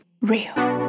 real